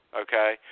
okay